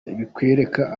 bikwereka